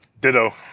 Ditto